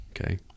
Okay